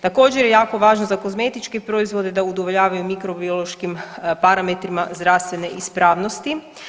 Također, jako važno za kozmetičke proizvode da udovoljavaju mikrobiološkim parametrima zdravstvene ispravnosti.